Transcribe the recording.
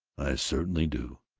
certainly do!